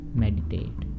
meditate